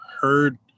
heard